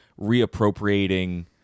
reappropriating